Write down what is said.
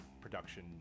production